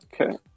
Okay